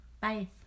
Bye